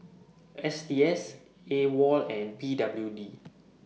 S T S AWOL and P W D